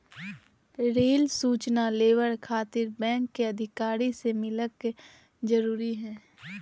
Rail सूचना labour खातिर bank अधिकारी से मिलक जरूरी है?